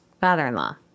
Father-in-law